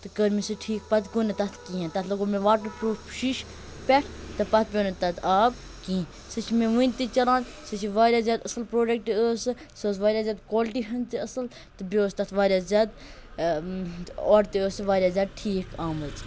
تہٕ کٔر مےٚ سُہ ٹھیٖک پَتہٕ گوٚو نہٕ تَتھ کِہیٖنۍ تَتھ لگاو مےٚ واٹر پرٛوٗف شیٖشہِ پٮ۪ٹھ تہٕ پَتہٕ پیوٚو نہٕ تَتھ آب کِہیٖنۍ سُہ چھِ مےٚ وٕنۍ تہِ چلان سُہ چھِ واریاہ زیادٕ أصٕل پرٛوٚڈَکٹ ٲسۍ سۄ سۄ ٲسۍ واریاہ زیادٕ کالٹی ہٕنٛز تہِ اَصٕل تہٕ بیٚیہِ اوس تَتھ واریاہ زیادٕ اورٕ تہِ ٲسۍ سۄ واریاہ زیادٕ ٹھیٖک آمٕژ